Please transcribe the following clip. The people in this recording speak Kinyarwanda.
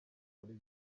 zikora